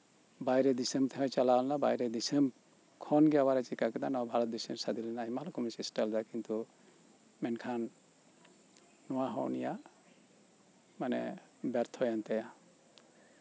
ᱵᱟᱭᱨᱮ ᱫᱤᱥᱚᱢ ᱛᱮᱦᱚᱭ ᱪᱟᱞᱟᱣ ᱞᱮᱱᱟ ᱵᱟᱭᱨᱮ ᱫᱤᱥᱚᱢ ᱠᱷᱚᱱᱜᱮ ᱟᱵᱟᱨᱮ ᱪᱤᱠᱟᱹ ᱠᱮᱫᱟ ᱱᱚᱶᱟ ᱵᱷᱟᱨᱚᱛ ᱫᱤᱥᱚᱢ ᱥᱟᱫᱷᱤᱱ ᱨᱮᱭᱟᱜ ᱟᱭᱢᱟ ᱨᱚᱠᱚᱢᱮ ᱪᱮᱥᱴᱟ ᱞᱮᱫᱟ ᱠᱤᱱᱛᱩ ᱢᱮᱱᱠᱷᱟᱱ ᱱᱚᱶᱟᱦᱚᱸ ᱩᱱᱤᱭᱟᱜ ᱢᱟᱱᱮ ᱵᱮᱨᱛᱷᱚᱭᱮᱱ ᱛᱟᱭᱟ